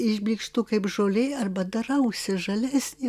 išblykštu kaip žolė arba darausi žalesnė